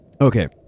Okay